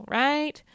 right